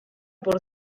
por